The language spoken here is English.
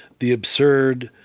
the absurd,